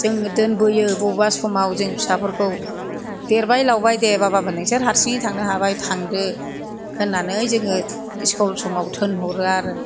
जों दोनबोयो बबेबा समाव जों फिसाफोरखौ देरबाय लावबाय दे बाबामोन नोंसोर हासिङै थांनो हाबाय थांदो होन्नानै जोङो इसकल समाव थोनहरो आरो